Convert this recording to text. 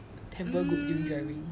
temper good during driving